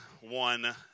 one